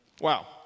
Wow